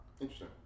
interesting